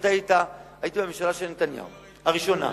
שאתה היית בממשלת נתניהו הראשונה.